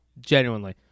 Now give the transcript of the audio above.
Genuinely